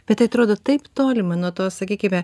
bet atrodo taip tolima nuo to sakykime